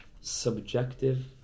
subjective